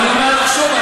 אני אומר לך שוב.